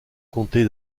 comté